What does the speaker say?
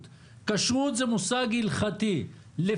אם אתה רוצה להגדיר מה זה מועצה גדולה אז אתה כותב 20,000,